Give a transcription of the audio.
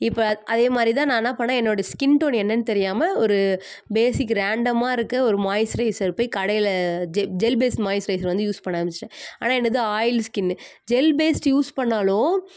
இப்போ அதேமாதிரி தான் நான் என்ன பண்ணிணேன் என்னோடய ஸ்கின் டோன் என்னென்னு தெரியாமல் ஒரு பேஸிக்கு ரேண்டம்மாக இருக்கற ஒரு மாய்ஸ்சரைசர் போய் கடையில் ஜெல் ஜெல் பேஸ்டு மாய்ஸ்சரைசர் வந்து யூஸ் பண்ண ஆரம்பிச்சுட்டேன் ஆனால் என்னது ஆயில் ஸ்கின்னு ஜெல் பேஸ்டு யூஸ் பண்ணிணாலும்